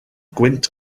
gwynt